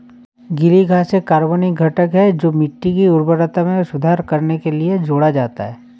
गीली घास एक कार्बनिक घटक है जो मिट्टी की उर्वरता में सुधार करने के लिए जोड़ा जाता है